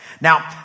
Now